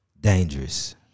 dangerous